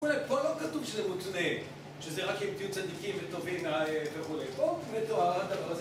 אולי פה לא כתוב שזה מותנה, שזה רק אם תהיו צדיקים וטובים וכו', פה מתואר הדבר הזה.